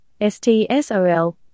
STSOL